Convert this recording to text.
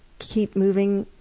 keep moving,